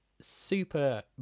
super